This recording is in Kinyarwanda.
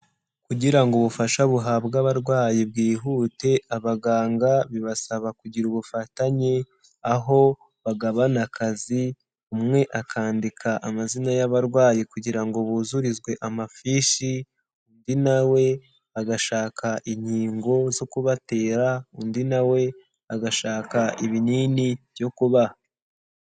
Kugira ngo ubufasha buhabwe abarwayi bwihute abaganga bibasaba kugira ubufatanye aho bagabana akazi, umwe akandika amazina y'abarwayi kugira ngo buzurizwe amafishi, undi na we agashaka inkingo zo kubatera, undi na we agashaka ibinini byo kubaha.